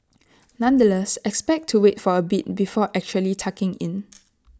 nonetheless expect to wait for A bit before actually tucking in